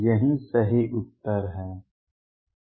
यही सही उत्तर है